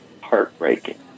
heartbreaking